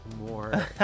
more